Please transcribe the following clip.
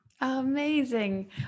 Amazing